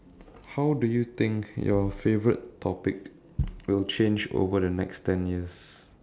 how do you think your favorite topic will change over the next ten years